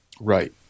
Right